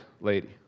lady